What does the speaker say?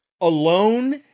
Alone